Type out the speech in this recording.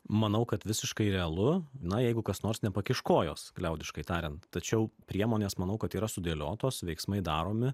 manau kad visiškai realu na jeigu kas nors nepakiš kojos liaudiškai tariant tačiau priemonės manau kad yra sudėliotos veiksmai daromi